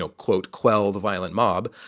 ah quote, quell the violent mob,